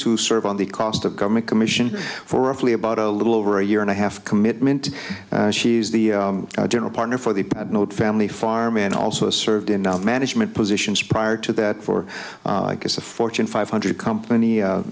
to serve on the cost of government commission for a fully about a little over a year and a half commitment she's the general partner for the family farm and also served in the management positions prior to that for a fortune five hundred company